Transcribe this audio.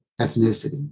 ethnicity